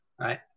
right